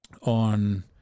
on